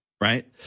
Right